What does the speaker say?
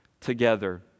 together